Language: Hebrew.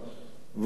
לגבי